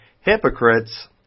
hypocrites